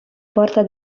porta